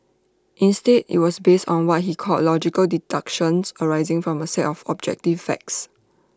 instead IT was based on what he called logical deductions arising from A set of objective facts